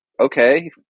okay